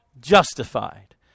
justified